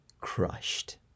crushed